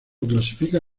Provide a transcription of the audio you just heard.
clasifica